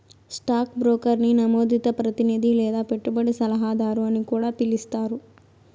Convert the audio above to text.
stock బ్రోకర్ని నమోదిత ప్రతినిది లేదా పెట్టుబడి సలహాదారు అని కూడా పిలిస్తారు